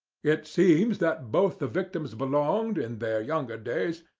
it seems that both the victims belonged, in their younger days,